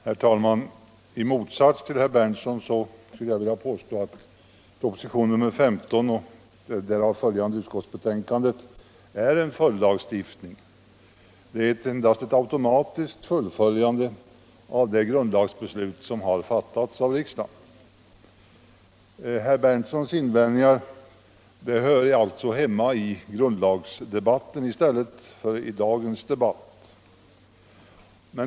Herr talman! I motsats till herr Berndtson vill jag påstå att propositionen 15 och därav följande utskottsbetänkande innebär en följdlagstiftning. Det är endast ett automatiskt fullföljande av det grundlagsbeslut som har fattats av riksdagen. Herr Berndtsons invändningar hör alltså hemma i grundlagsdebatten i stället för i dagens debatt.